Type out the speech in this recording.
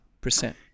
percent